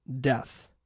death